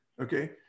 Okay